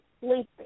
sleeping